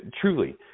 truly